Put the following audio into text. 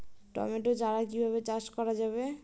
Tomato চারা কিভাবে চাষ করা যাবে?